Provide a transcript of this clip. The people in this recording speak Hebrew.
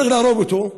צריך להרוג אותו.